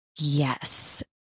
Yes